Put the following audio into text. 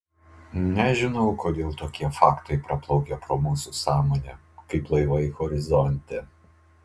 nežinau kodėl tokie faktai praplaukia pro mūsų sąmonę kaip laivai horizonte